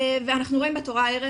אנחנו רואים בתורה ערך,